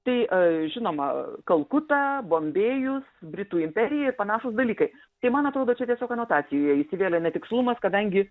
tai žinoma kalkuta bombėjus britų imperija ir panašūs dalykai tai man atrodo čia tiesiog anotacijoje įsivėlė netikslumas kadangi